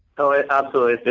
oh, absolutely.